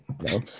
No